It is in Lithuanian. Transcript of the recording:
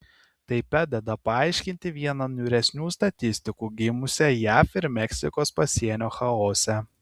tai padeda paaiškinti vieną niūresnių statistikų gimusią jav ir meksikos pasienio chaose